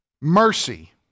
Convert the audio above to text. mercy